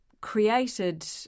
created